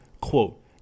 quote